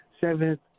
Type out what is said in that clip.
seventh